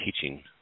teaching